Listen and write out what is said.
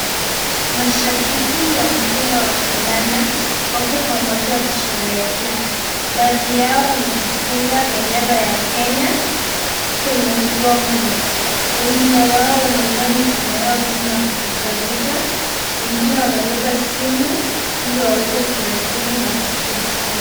Mashabiki wa mpira wa kandanda wako pamoja wakisherehekea. Baadhi yao wamejifunga bendera ya Kenya kwenye mgongo. Wengine wao wameinua mikono yao juu na kuruka ruka. Wengine wamebeba simu ili waweze kurekodi matukio hayo.